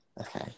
okay